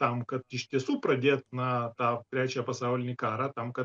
tam kad iš tiesų pradėt na tą trečią pasaulinį karą tam kad